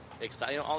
exciting